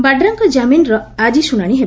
ବାଡ଼ାଙ୍କ ଜାମିନ୍ର ଆଜି ଶୁଣାଣି ହେବ